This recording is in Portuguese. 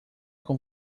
com